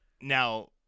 Now